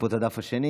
כבוד היושב-ראש,